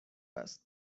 است